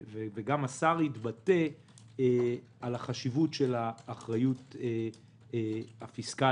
וגם השר התבטא, על החשיבות של האחריות הפיסקלית.